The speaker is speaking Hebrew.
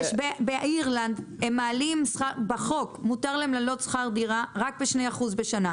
באירלנד בחוק מותר להם להעלות שכר דירה רק ב-2% בשנה.